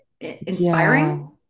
inspiring